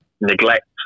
neglect